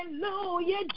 Hallelujah